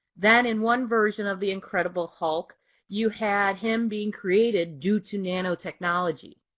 then in one version of the incredible hulk you had him being created due to nanotechnology.